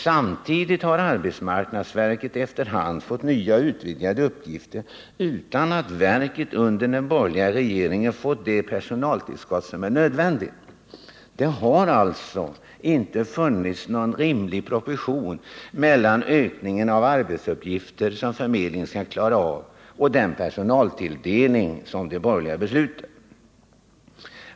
Samtidigt har arbetsmarknadsverket efter hand fått nya och utvidgade uppgifter utan att verket under den borgerliga regeringen fått det personaltillskott som är nödvändigt. Det har alltså inte funnits någon rimlig proportion mellan den ökning av arbetsuppgifter som förmedlingen skall klara av och den personaltilldelning som de borgerliga beslutat.